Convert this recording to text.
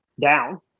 down